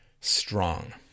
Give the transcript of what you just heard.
strong